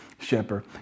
shepherd